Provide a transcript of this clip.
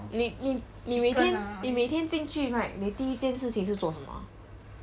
你你你每天你每天进去 right 你第一件事是做什么 ah